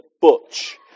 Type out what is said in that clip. butch